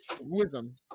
Wisdom